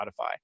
Spotify